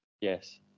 Yes